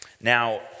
Now